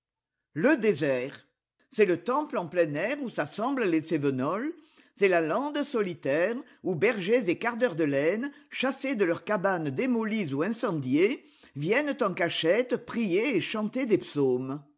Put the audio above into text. le désert c'est le temple en plein air où s'assemblent les cévenols c'est la lande solitaire où bergers et cardeurs de laine chassés de leurs cabanes démolies ou incendiées viennent en cachette prier et chanter des psaumes